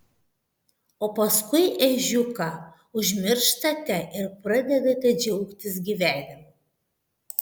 o paskui ežiuką užmirštate ir pradedate džiaugtis gyvenimu